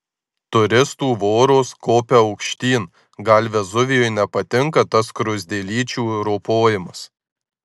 turistų voros kopia aukštyn gal vezuvijui nepatinka tas skruzdėlyčių ropojimas